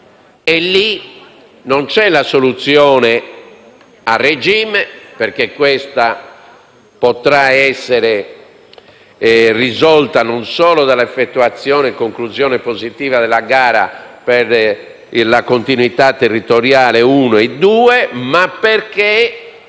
E lì non c'è la soluzione a regime, perché questa potrà essere risolta, non solo dalla effettuazione e conclusione positiva della gara per la continuità territoriale 1 e 2, ma perché